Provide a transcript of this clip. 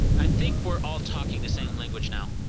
i think we're all talking the same language now.